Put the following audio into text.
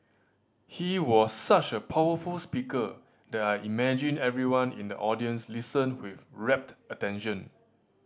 he was such a powerful speaker that I imagine everyone in the audience listened with rapt attention